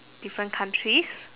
different countries